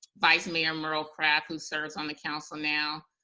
vice mayor merl craft, who serves on the council now,